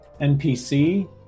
NPC